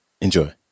Enjoy